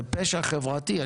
זה פשע חברתי.